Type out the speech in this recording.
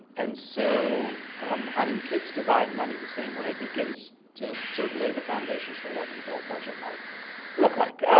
and so having kids divide money the same way begins to sort of lay the foundations for what an adult budget might look like.